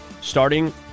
starting